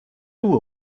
were